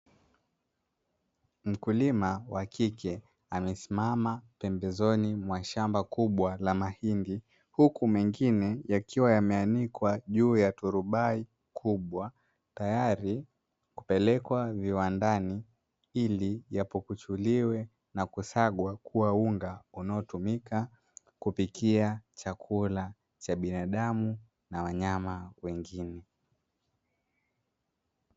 Mkulima wa kike amesimama pembezoni mwa shamba kubwa la mahindi, huku mengine yakiwa yameanikwa juu ya turubai kubwa, tayari kupelekwa viwandani ili ya pukuchuliwe na kusagwa kuwa unga unaotumika kupikia chakula cha binadamu na wa wanyama wengine.